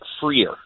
freer